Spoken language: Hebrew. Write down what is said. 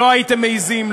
לא הייתם מעִזים.